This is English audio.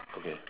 okay